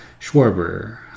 Schwarber